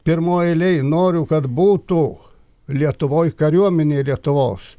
pirmoj eilėj noriu kad būtų lietuvoj kariuomenė lietuvos